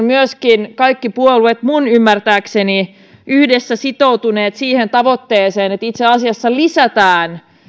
myöskin kaikki puolueet minun ymmärtääkseni yhdessä sitoutuneet siihen tavoitteeseen että itse asiassa lisätään